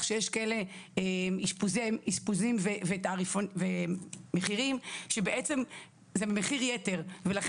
שיש כאלה אשפוזים ומחירים שבעצם זה מחיר יתר ולכן